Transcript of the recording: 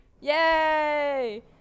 Yay